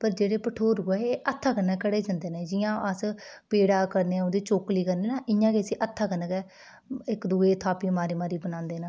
पर जेह्ड़े एह् भठोरू ऐ एह् हत्था कन्नै घड़े जंदे न जियां अस पेड़ा करने ओह्दी चोकली करने ना इंया गै इसी हत्था कन्नै गै इक दुए गी थापी मारी मारी बनांदे न